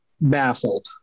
baffled